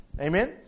Amen